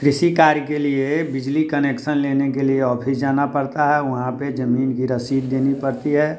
कृषि कार्य के लिए बिजली कनेक्सन लेने के लिए ऑफिस जाना पड़ता है वहाँ पे जमीन की रसीद देनी पड़ती है